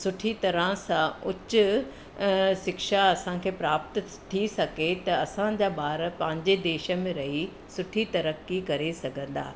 सुठी तरह सां उच्च शिक्षा असांखे प्राप्त थी सघे त असांजा ॿार पंहिंजे देश में रही सुठी तरक़ी करे सघंदा